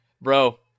bro